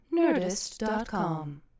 Nerdist.com